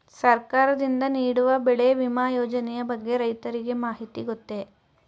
ಸರ್ಕಾರದಿಂದ ನೀಡುವ ಬೆಳೆ ವಿಮಾ ಯೋಜನೆಯ ಬಗ್ಗೆ ರೈತರಿಗೆ ಮಾಹಿತಿ ಗೊತ್ತೇ?